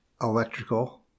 electrical